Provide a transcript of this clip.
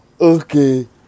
okay